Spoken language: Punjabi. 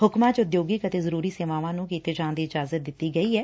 ਹੁਕਮਾਂ ਚ ਉਦਯੋਗਿਕ ਅਤੇ ਜ਼ਰੁਰੀ ਸੇਵਾਵਾਂ ਨੂੰ ਕੀਤੇ ਜਾਣ ਦੀ ਇਜਾਜ਼ਤ ਦਿੱਤੀ ਗਈ ਐ